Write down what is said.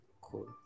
Cool